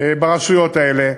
ברשויות האלה.